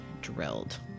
drilled